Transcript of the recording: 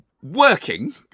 Working